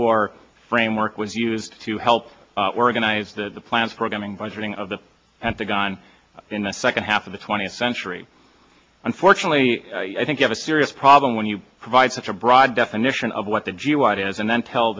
war framework was used to help organize the plans programming budgeting of the pentagon in the second half of the twentieth century unfortunately i think you have a serious problem when you provide such a broad definition of what the g white is and then tell